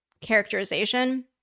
characterization